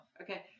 Okay